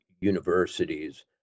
universities